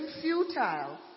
futile